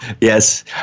Yes